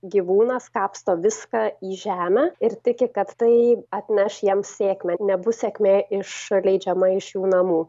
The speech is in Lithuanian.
gyvūnas kapsto viską į žemę ir tiki kad tai atneš jam sėkmę nebus sėkmė išleidžiama iš jų namų